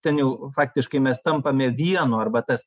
ten jau faktiškai mes tampame vienu arba tas